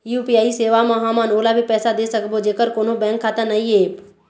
UPI सेवा म हमन ओला भी पैसा दे सकबो जेकर कोन्हो बैंक खाता नई ऐप?